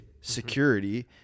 security